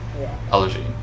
allergy